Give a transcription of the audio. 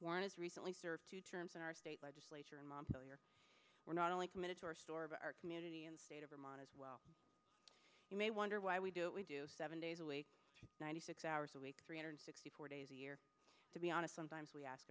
warren is recently served two terms in our state legislature and mom tell you we're not only committed to our store but our community and state of vermont as well you may wonder why we do it we do seven days a week ninety six hours a week three hundred sixty four days a year to be honest sometimes we ask